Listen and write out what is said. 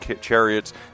chariots